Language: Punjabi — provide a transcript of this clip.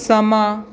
ਸਮਾਂ